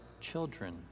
children